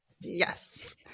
Yes